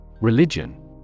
Religion